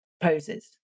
poses